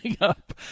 up